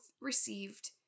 received